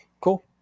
Cool